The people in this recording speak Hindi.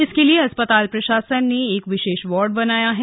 इसके लिए अस्पताल प्रशासन ने एक विशेष वार्ड बनाया है